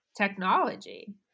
technology